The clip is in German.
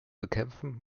bekämpfen